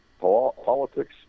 Politics